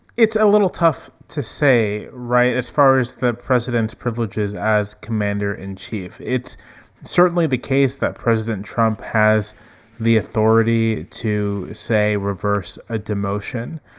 it's a little tough to say, right, as far as the president's privileges as commander in chief. it's certainly the case that president trump has the authority to say reverse a demotion.